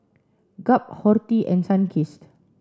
Gap Horti and Sunkist